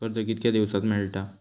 कर्ज कितक्या दिवसात मेळता?